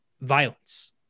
violence